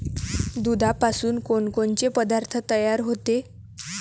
दुधापासून कोनकोनचे पदार्थ तयार होते?